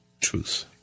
truth